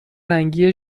رنگی